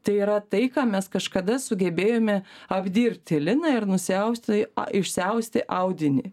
tai yra tai ką mes kažkada sugebėjome apdirbti liną ir nusiausti išsiausti audinį